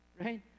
right